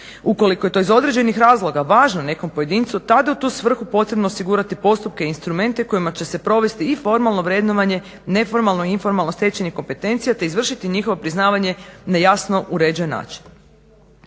Ukoliko je to iz određenih razloga važno nekom pojedincu tada je u tu svrhu potrebno osigurati postupke i instrumente kojima će se provesti i formalno vrednovanje neformalno-informalno stečenih kompetencija, te izvršiti njihovo priznavanje na jasno uređen način.